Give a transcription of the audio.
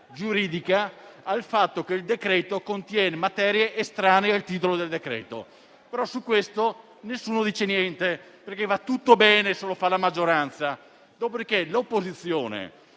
giuridica al fatto che il decreto-legge contiene materie estranee al titolo dello stesso, però su questo nessuno dice niente, perché va tutto bene, se lo fa la maggioranza. Dopodiché,